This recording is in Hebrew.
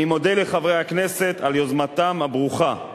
אני מודה לחברי הכנסת על יוזמתם הברוכה.